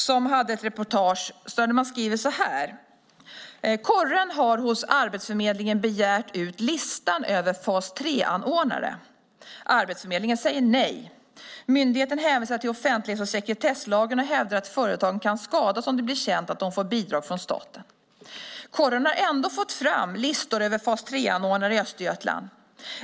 Där står det så här: "Corren har hos Arbetsförmedlingen begärt ut listan över Fas 3-anordnare. Arbetsförmedlingen säger nej. Myndigheten hänvisar till offentlighets och sekretesslagen och hävdar att företagen kan skadas om det blir känt att de får bidrag från staten. Corren har ändå fått fram listor över Fas 3-anordnare i Östergötland.